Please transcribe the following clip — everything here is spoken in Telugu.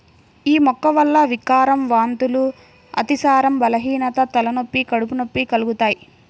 యీ మొక్క వల్ల వికారం, వాంతులు, అతిసారం, బలహీనత, తలనొప్పి, కడుపు నొప్పి కలుగుతయ్